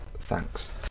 thanks